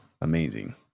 amazing